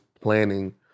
planning